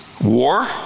war